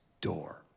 door